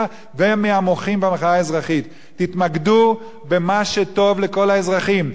ומהמוחים במחאה האזרחית: תתמקדו במה שטוב לכל האזרחים.